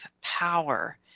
power